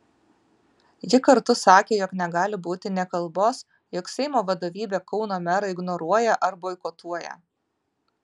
ji kartu sakė jog negali būti nė kalbos jog seimo vadovybė kauno merą ignoruoja ar boikotuoja